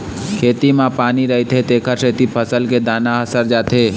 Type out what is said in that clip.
खेत म पानी रहिथे तेखर सेती फसल के दाना ह सर जाथे